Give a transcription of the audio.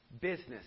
business